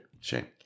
Shame